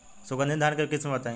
सुगंधित धान के किस्म बताई?